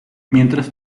mientras